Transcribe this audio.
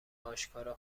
آشکارا